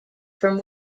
from